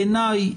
בעיניי,